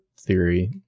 theory